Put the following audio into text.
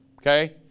okay